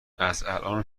ازالان